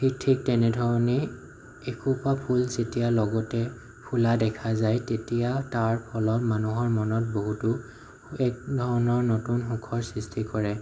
সেই ঠিক তেনেধৰণেই এসোপা ফুল যেতিয়া লগতে ফুলা দেখা যায় তেতিয়া তাৰ ফলত মানুহৰ মনত বহুতো এক ধৰণৰ নতুন সুখৰ সৃষ্টি কৰে